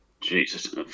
Jesus